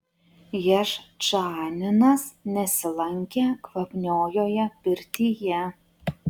jaščaninas nesilankė kvapniojoje pirtyje